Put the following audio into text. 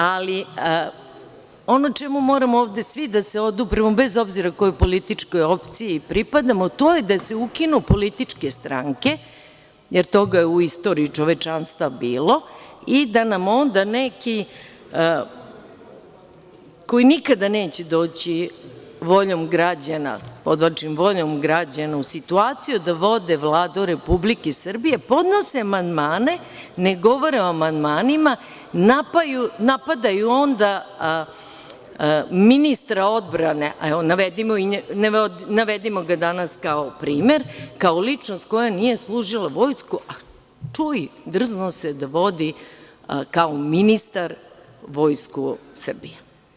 Ali, ono čemu moramo svi ovde da se odupremo, bez obzira kojoj političkoj opciji pripadamo, to je da se ukinu političke stranke, jer toga je u istoriji čovečanstva bilo i da nam onda neki koji nikada neće doći voljom građana, podvlačim voljom građana, u situaciju da vode Vladu Republike Srbije, podnose amandmane, ne govore o amandmanima, napadaju ministra odbrane, navedimo ga danas kao primer, kao ličnost koja nije služila vojsku, a čuj, drznuo se da vodi kao ministar Vojsku Srbije.